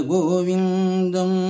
Govindam